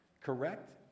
correct